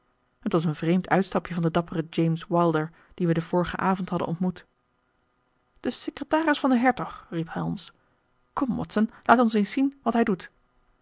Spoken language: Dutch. het was een vreemd uitstapje van den dapperen james wilder dien wij den vorigen avond hadden ontmoet de secretaris van den hertog riep holmes kom watson laat ons eens zien wat hij doet